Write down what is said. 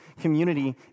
community